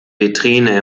vitrine